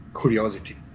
curiosity